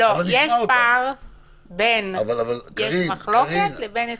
יש פער בין יש מחלוקת לבין הסכמנו.